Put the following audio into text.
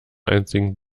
einzigen